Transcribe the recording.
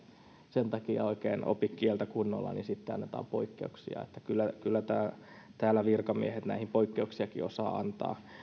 sen takia oikein opi kieltä kunnolla niin sitten annetaan poikkeuksia kyllä kyllä täällä virkamiehet näihin poikkeuksiakin osaavat antaa